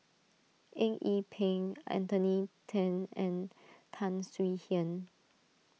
Eng Yee Peng Anthony then and Tan Swie Hian